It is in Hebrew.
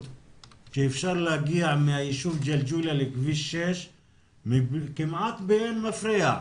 שאפשר להגיע מהיישוב ג'לג'וליה לכביש 6 כמעט באין מפריע.